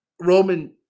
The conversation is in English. Roman